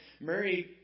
Murray